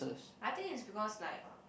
I think is because like